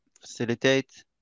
facilitate